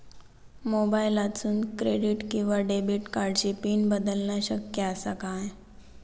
मोबाईलातसून क्रेडिट किवा डेबिट कार्डची पिन बदलना शक्य आसा काय?